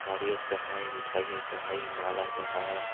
नारियल चढ़ायें मिठाइयाँ चढ़ाई माला चढ़ाया